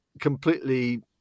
completely